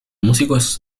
músicos